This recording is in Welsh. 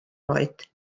oed